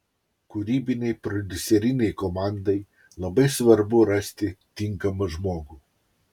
kūrybinei prodiuserinei komandai labai svarbu rasti tinkamą žmogų